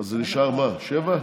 אז נשארו, מה, שבעה?